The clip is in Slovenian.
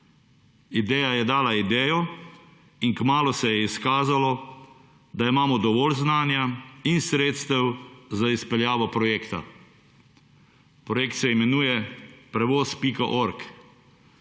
Ideja je dala idejo in kmalu se je izkazalo, da imamo dovolj znanja in sredstev za izpeljavo projekta. Projekt se imenuje prevoz.org.